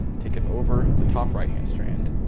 take it over the top right-hand strand,